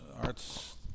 arts